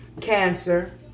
Cancer